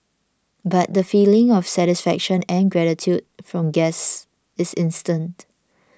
but the feeling of satisfaction and gratitude from guests is instant